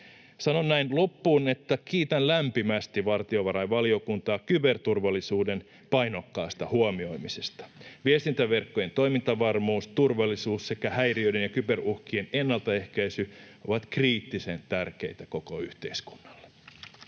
Sanon näin loppuun, että kiitän lämpimästi valtiovarainvaliokuntaa kyberturvallisuuden painokkaasta huomioimisesta. Viestintäverkkojen toimintavarmuus, turvallisuus sekä häiriöiden ja kyberuhkien ennaltaehkäisy ovat kriittisen tärkeitä koko yhteiskunnalle.